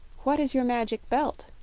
what is your magic belt?